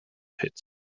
pits